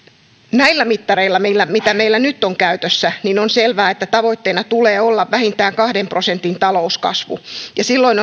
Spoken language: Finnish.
näillä mittareilla mitä meillä nyt on käytössä on selvää että tavoitteena tulee olla vähintään kahden prosentin talouskasvu ja silloin